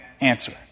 answer